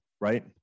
right